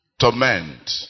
torment